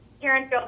Karen